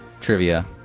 trivia